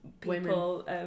people